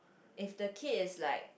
if the kid is like